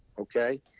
Okay